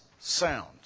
Sound